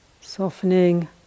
softening